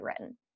written